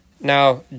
Now